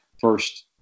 first